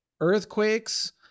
earthquakes